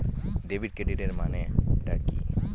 Debit ক্রেডিটের মানে টা কি?